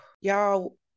y'all